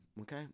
Okay